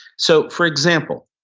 so for example,